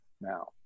now